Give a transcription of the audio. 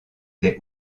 des